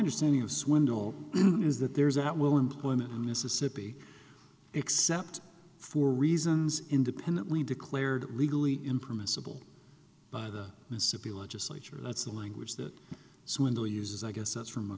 understanding of swindle is that there is at will employment in mississippi except for reasons independently declared legally impermissible by the mississippi legislature that's the language that swindle uses i guess that's from a